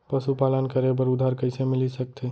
पशुपालन करे बर उधार कइसे मिलिस सकथे?